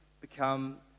become